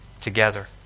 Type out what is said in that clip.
together